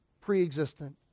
Preexistent